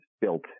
built